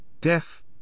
deaf